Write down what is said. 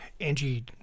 Angie